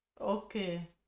okay